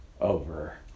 over